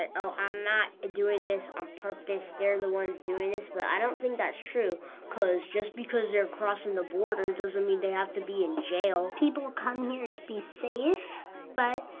ah oh, i'm not doing this on purpose. they're the ones doing this. but i don't think that's true because just because they're crossing the border doesn't mean they have to be in jail. people come here to be safe but,